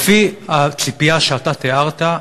לפי הציפייה שאתה תיארת,